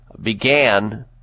began